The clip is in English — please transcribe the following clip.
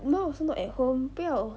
mom also not at home 不要